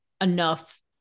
enough